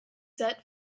set